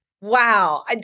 Wow